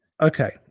Okay